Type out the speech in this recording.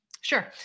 Sure